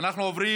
אנחנו עוברים